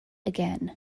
again